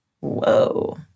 whoa